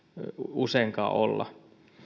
useinkaan olla